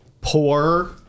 poor